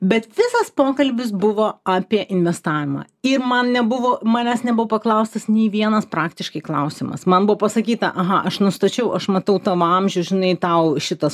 bet visas pokalbis buvo apie investavimą ir man nebuvo manęs nebuvo paklaustas nei vienas praktiškai klausimas man buvo pasakyta aha aš nustačiau aš matau tavo amžių žinai tau šitas